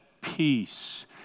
peace